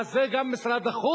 אז זה גם משרד החוץ,